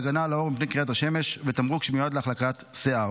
תמרוק להגנה על העור מפני קרינת השמש ותמרוק שמיועד להחלקת שיער.